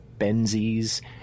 Benzies